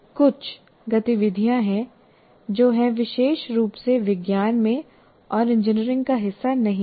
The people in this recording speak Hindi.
कुछ गतिविधियाँ हैं जो हैं विशेष रूप से विज्ञान में और इंजीनियरिंग का हिस्सा नहीं हैं